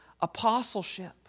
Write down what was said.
apostleship